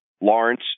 Lawrence